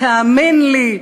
תאמין לי,